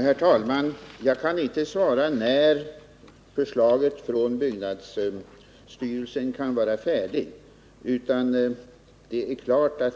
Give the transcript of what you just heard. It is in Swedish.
Herr talman! Jag kan inte svara på frågan när förslaget från byggnadsstyrelsen kan vara färdigt.